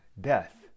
death